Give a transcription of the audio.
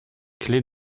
clés